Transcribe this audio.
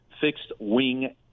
fixed-wing